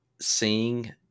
seeing